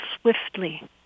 swiftly